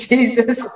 Jesus